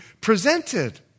presented